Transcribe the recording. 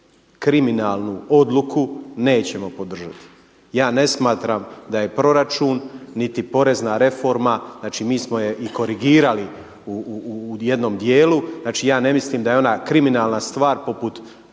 kriminalnu odluku nećemo podržati. Ja ne smatram da je proračun niti porezna reforma, znači mi smo je i korigirali u jednom dijelu, znači ja ne mislim da je ona kriminalna stvar poput